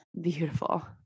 beautiful